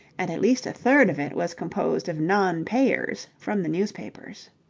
and at least a third of it was composed of non-payers from the newspapers.